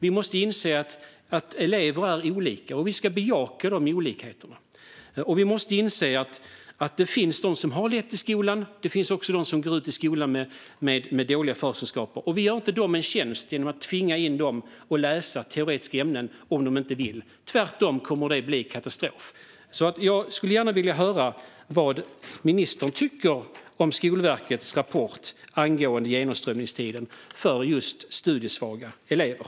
Vi måste inse att elever är olika, och vi ska bejaka de olikheterna. Vi måste inse att det finns de som har det lätt i skolan och också de som går ur skolan med dåliga förkunskaper. Vi gör inte dem en tjänst genom att tvinga dem att läsa teoretiska ämnen om de inte vill det. Tvärtom kommer det att bli en katastrof. Jag skulle gärna vilja höra vad ministern tycker om Skolverkets rapport angående genomströmningstiden för just studiesvaga elever.